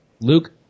Luke